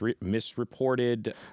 misreported